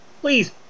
please